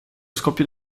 scoppio